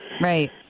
Right